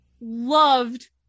loved